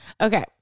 Okay